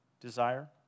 desire